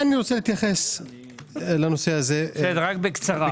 אני רוצה להתייחס לנושא בקצרה.